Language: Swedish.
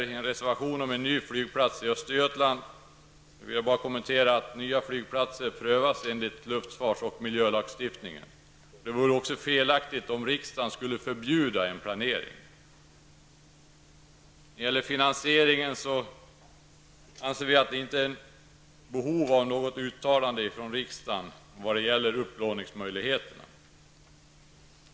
I en reservation tas frågan om en ny flygplats i Östergötland upp. Jag vill här bara göra den kommentaren att förslag om nya flygplatser prövas enligt luftfarts och miljölagstiftningen. Det vore också felaktigt om riksdagen skulle förbjuda en planering. I fråga om finansieringen anser vi att det inte föreligger något behov av ett uttalande från riksdagen om upplåningsmöjligheterna.